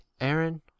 aaron